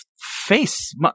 face